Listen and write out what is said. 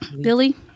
Billy